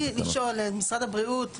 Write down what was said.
רציתי לשאול את משרד הבריאות.